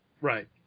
Right